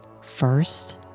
first